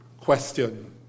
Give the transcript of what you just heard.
question